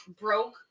broke